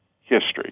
history